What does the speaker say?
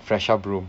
fresh up room